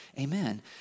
Amen